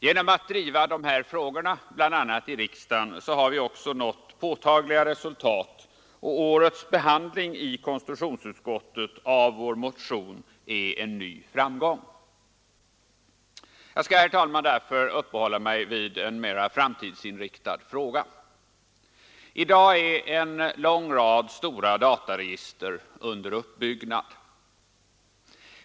Genom att driva dessa frågor, bl.a. i riksdagen, har vi också nått påtagliga resultat, och årets behandling i konstitutionsutskottet av vår motion är en ny framgång. Jag skall därför, herr talman, nu uppehålla mig vid en mer framtidsinriktad fråga. I dag är en lång rad stora dataregister under uppbyggnad.